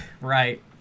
Right